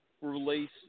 release